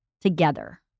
together